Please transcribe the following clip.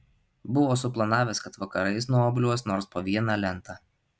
buvo suplanavęs kad vakarais nuobliuos nors po vieną lentą